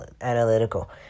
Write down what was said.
analytical